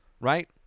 right